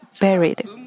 buried